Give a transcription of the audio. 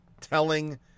telling